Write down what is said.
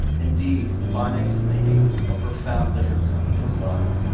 indeed, bionics is making a profound difference in people's lives.